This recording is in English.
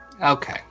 Okay